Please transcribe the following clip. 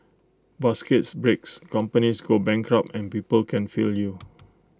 baskets breaks companies go bankrupt and people can fail you